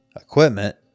equipment